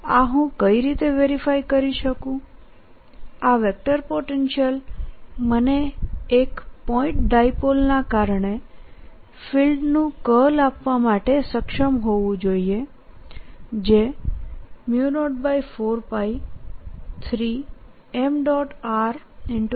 આ હું કઈ રીતે વેરીફાય કરી શકું આવેક્ટર પોટેન્શિયલ મને એક પોઈન્ટ ડાયપોલના કારણે ફીલ્ડનું કર્લ આપવા માટે સક્ષમ હોવું જોઈએજે 04π3m